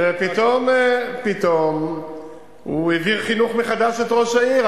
פתאום הוא העביר חינוך מחדש את ראש העיר.